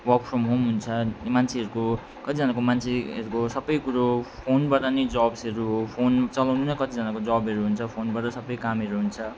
work from home हुन्छ मान्छेहरूको कतिजनाको मान्छेहेरको सबै कुरो फोनबाट नै जब्सहरू हो फोन चलाउनु नै कतिजनाको जबहरू हुन्छ फोनबाट सबै कामहरू हुन्छ